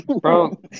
bro